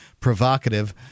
Provocative